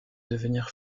devenir